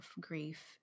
grief